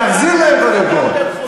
תחזיר להם קודם כול.